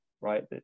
right